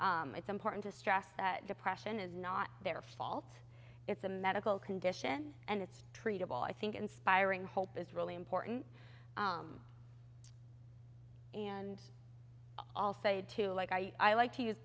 it's important to stress that depression is not their fault it's a medical condition and it's treatable i think inspiring hope is really important and all said to like i like to use